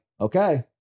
okay